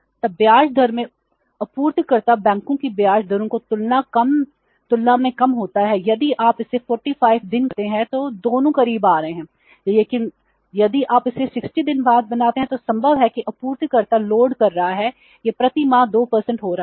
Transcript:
तब ब्याज दर में आपूर्तिकर्ता बैंकों की ब्याज दरों की तुलना में कम होता है यदि आप इसे 45 दिन करते हैं तो दोनों करीब आ रहे हैं लेकिन यदि आप इसे 60 दिन बनाते हैं तो संभव है कि आपूर्तिकर्ता लोड कर रहा है यह प्रति माह 2 हो रहा है